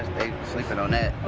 sleeping on that.